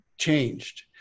changed